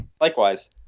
Likewise